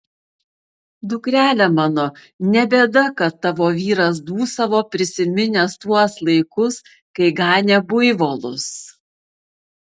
dukrele mano ne bėda kad tavo vyras dūsavo prisiminęs tuos laikus kai ganė buivolus